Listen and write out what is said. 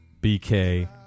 BK